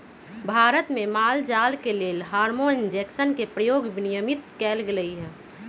भारत में माल जाल के लेल हार्मोन इंजेक्शन के प्रयोग विनियमित कएल गेलई ह